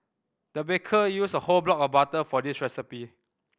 the baker used a whole block of butter for this recipe